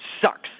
sucks